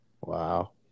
Wow